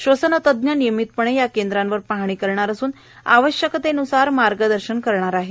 श्वसनतज्ञ नियमितपणे या केंद्रांवर पाहणी करणार असून आवश्यकतेन्सार मार्गदर्शन करणार आहेत